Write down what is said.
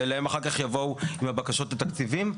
ואליהם אחר כך יבואו עם בקשות לתקציבים,